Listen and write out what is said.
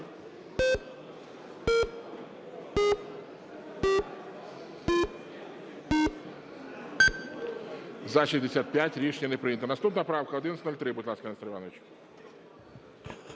За-65 Рішення не прийнято. Наступна правка 1103. Будь ласка, Нестор Іванович.